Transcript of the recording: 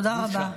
תודה רבה.